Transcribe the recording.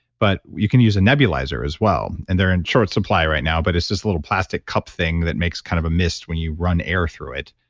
but you can use a nebulizer as well and they're in short supply right now, but it's just a little plastic cup thing that makes kind of a mist when you run air through it.